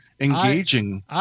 engaging